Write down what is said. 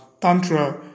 Tantra